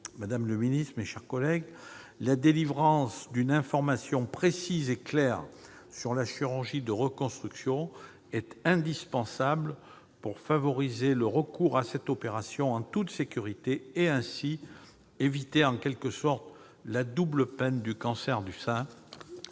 Madame la ministre, mes chers collègues, la délivrance d'une information précise et claire sur la chirurgie de reconstruction est indispensable pour favoriser le recours à cette opération en toute sécurité, et ainsi éviter en quelque sorte la double peine du cancer du sein.